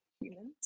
humans